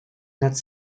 nad